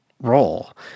role